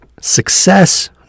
success